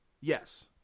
Yes